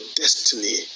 destiny